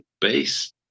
base